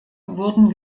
wurden